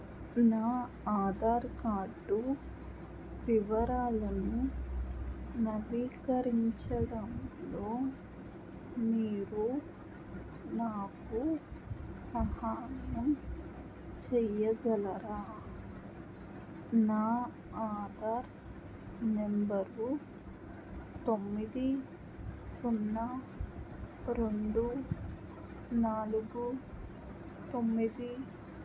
నా ఆధార్ కార్డు వివరాలను నవీకరించడంలో మీరు నాకు సహాయం చెయ్యగలరా నా ఆధార్ నంబరు తొమ్మిది సున్నా రెండు నాలుగు తొమ్మిది